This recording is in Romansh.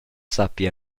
sappi